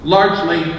Largely